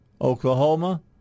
Oklahoma